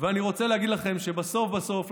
ואני רוצה להגיד לכם שבסוף בסוף,